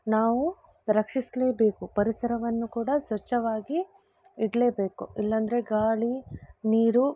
ನಾವು ರಕ್ಷಿಸಲೇಬೇಕು ಪರಿಸರವನ್ನು ಕೂಡ ಸ್ವಚ್ಛವಾಗಿ ಇಡಲೇಬೇಕು ಇಲ್ಲಂದರೆ ಗಾಳಿ ನೀರು